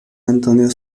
antonio